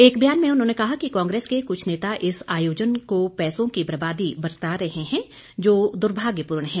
एक बयान में उन्होंने कहा कि कांग्रेस के कुछ नेता इस आयोजन को पैसों की बर्बादी बता रहे हैं जो दर्भाग्यपूर्ण है